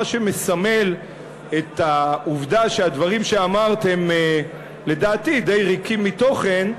מה שמסמל את העובדה שהדברים שאמרת הם לדעתי די ריקים מתוכן,